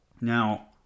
Now